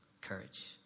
Courage